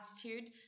attitude